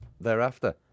thereafter